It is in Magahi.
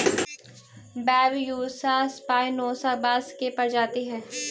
बैम्ब्यूसा स्पायनोसा बाँस के प्रजाति हइ